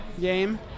game